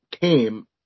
came